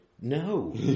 No